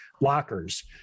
lockers